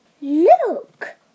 Look